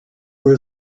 were